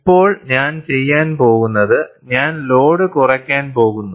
ഇപ്പോൾ ഞാൻ ചെയ്യാൻ പോകുന്നത് ഞാൻ ലോഡ് കുറയ്ക്കാൻ പോകുന്നു